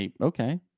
Okay